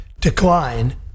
decline